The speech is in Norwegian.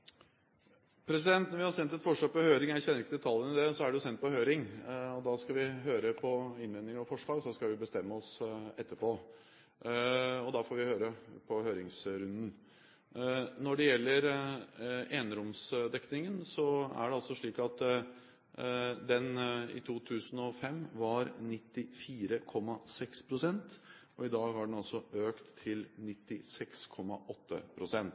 Når vi har sendt et forslag på høring – jeg kjenner ikke detaljene i det – er det sendt på høring, og da skal vi høre på innvendinger og forslag, og så skal vi bestemme oss etterpå. Da får vi høre på høringsrunden. Når det gjelder eneromsdekningen, er det altså slik at den i 2005 var 94,6 pst. I dag har den altså økt til